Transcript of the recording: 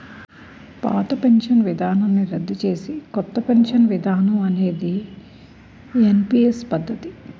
పాత పెన్షన్ విధానాన్ని రద్దు చేసి కొత్త పెన్షన్ విధానం అనేది ఎన్పీఎస్ పద్ధతి